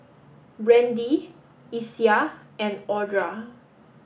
Brandee Isiah and Audra